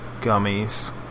gummies